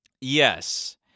Yes